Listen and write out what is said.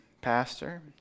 pastor